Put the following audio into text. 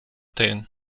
teen